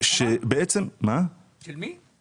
לא תכננו שאם יוחלט שאנחנו צריכים למכור את כאל,